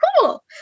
cool